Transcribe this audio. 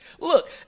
look